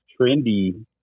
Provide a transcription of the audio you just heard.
trendy